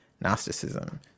Gnosticism